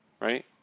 right